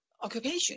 occupation